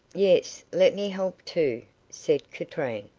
yes, let me help too, said katrine.